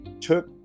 took